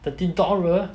thirteen dollar